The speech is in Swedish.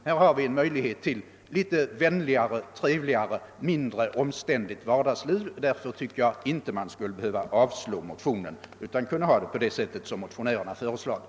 Här har vi en möjlighet till litet mindre omständligt vardagsliv, och därför tycker jag inte att man skulle behöva avslå motionen utan bör kunna ordna det på det sätt som motionärerna föreslagit.